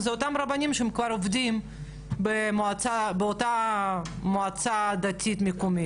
זה אותם רבנים שכבר עובדים באותה מועצה דתית מקומית,